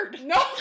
No